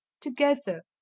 Together